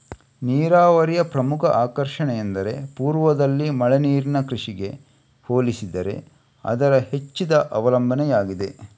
ನೀರಾವರಿಯ ಪ್ರಮುಖ ಆಕರ್ಷಣೆಯೆಂದರೆ ಪೂರ್ವದಲ್ಲಿ ಮಳೆ ನೀರಿನ ಕೃಷಿಗೆ ಹೋಲಿಸಿದರೆ ಅದರ ಹೆಚ್ಚಿದ ಅವಲಂಬನೆಯಾಗಿದೆ